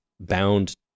bound